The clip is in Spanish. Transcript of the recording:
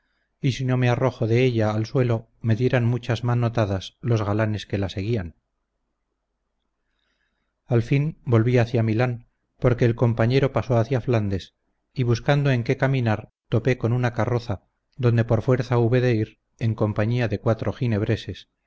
y si no me arrojo de ella al suelo me dieran muchas manotadas los galanes que la seguían al fin volví hacia milán porque el compañero pasó hacia flandes y buscando en qué caminar topé con una carroza donde por fuerza hube de ir en compañía de cuatro